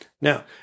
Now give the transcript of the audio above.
now